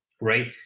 right